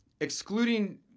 excluding